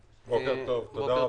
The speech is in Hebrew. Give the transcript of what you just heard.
בבקשה.